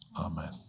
Amen